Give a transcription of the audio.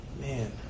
man